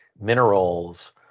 minerals